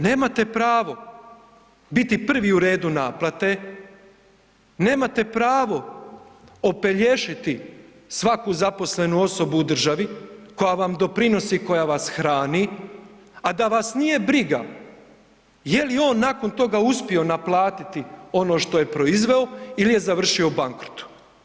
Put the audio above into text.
Nemate pravo biti u prvi u redu naplate, nemate pravo opelješiti svaku zaposlenu osobu u državi koja vam doprinosi, koja vas hrani, a da vas nije briga jeli on nakon toga uspio naplatiti ono što je proizveo ili je završio u bankrotu.